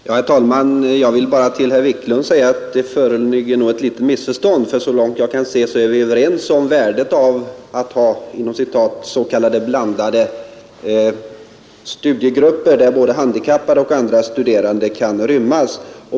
Herr talman! Jag vill bara till herr Wiklund i Härnösand säga att det föreligger ett litet missförstånd. Så långt jag kan se är vi överens om värdet av att ha s.k. blandade studiegrupper där både handikappade och andra studerande kan rymmas.